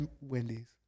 Wendy's